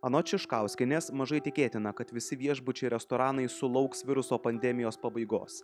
anot šiškauskienės mažai tikėtina kad visi viešbučiai restoranai sulauks viruso pandemijos pabaigos